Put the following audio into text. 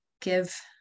give